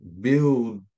build